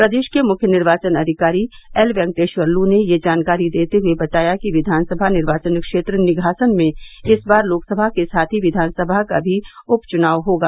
प्रदेश के मुख्य निर्वाचन अधिकारी एलवेंकटेश्वर लू ने यह जानकारी देते हुए बताया कि विधान सभा निर्वाचन क्षेत्र निघासन में इस बार लोकसभा के साथ ही विधान सभा का भी उपचुनाव होगा